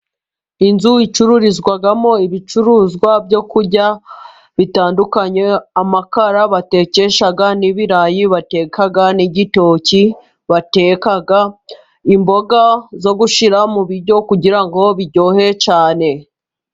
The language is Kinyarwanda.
Inzu icururizwamo ibicuruzwa byo kurya bitandukanye .Amakara batekesha n'ibirayi bateka n'igitoki bateka. Imboga zo gushyira mu biryo kugira ngo biryohe cyane.